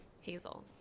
Hazel